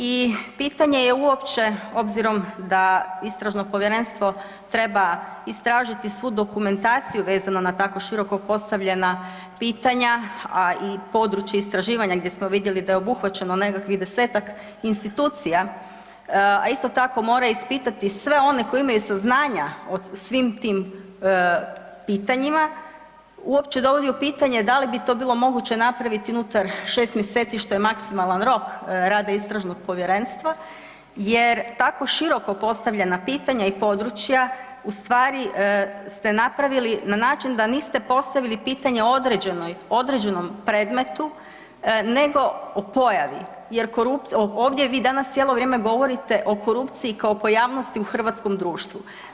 I pitanje je uopće obzirom da istražno povjerenstvo treba istražiti svu dokumentaciju vezano na tako široko postavljena pitanja, a i područje istraživanja gdje smo vidjeli da je obuhvaćeno nekakvih 10-tak institucija, a isto tako mora ispitati sve one koji imaju saznanja o svim tim pitanjima, uopće dovodi u pitanje da li bi to bilo moguće napraviti unutar 6 mjeseci što je maksimalan rok rada istražnog povjerenstva jer tako široko postavljena pitanja i područja ustvari ste napravili na način da niste postavili pitanje određenoj, određenom predmetu nego o pojavi, jer korupcija, ovdje vi danas cijelo vrijeme govorite o korupciji kao pojavnosti u hrvatskom društvu.